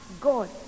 God